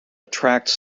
attracts